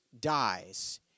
dies